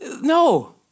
no